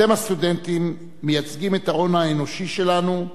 אתם, הסטודנטים, מייצגים את ההון האנושי שלנו.